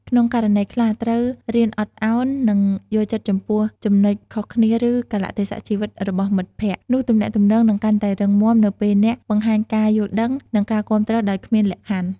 ក្នុងករណីខ្លះ ត្រូវរៀនអត់ឱន និងយល់ចិត្តចំពោះចំណុចខុសគ្នា ឬកាលៈទេសៈជីវិតរបស់មិត្តភក្តិ នោះទំនាក់ទំនងនឹងកាន់តែរឹងមាំនៅពេលអ្នកបង្ហាញការយល់ដឹង និងការគាំទ្រដោយគ្មានលក្ខខណ្ឌ។